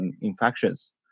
infections